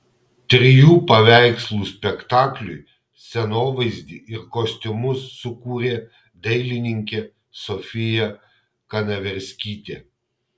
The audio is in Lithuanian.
trijų paveikslų spektakliui scenovaizdį ir kostiumus sukūrė dailininkė sofija kanaverskytė